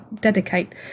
dedicate